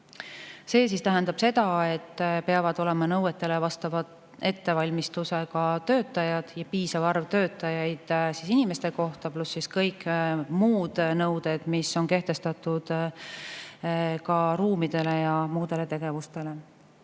See tähendab seda, et peavad olema nõuetele vastava ettevalmistusega töötajad ja piisav arv töötajaid inimeste arvu kohta, pluss siis kõik muud nõuded, mis on kehtestatud ka ruumidele ja